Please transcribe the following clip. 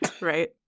Right